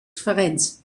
vereins